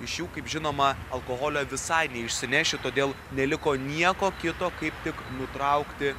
iš jų kaip žinoma alkoholio visai neišsineši todėl neliko nieko kito kaip tik nutraukti